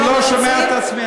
אני לא שומע את עצמי.